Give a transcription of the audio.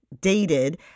dated